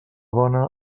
dona